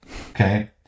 Okay